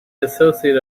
associate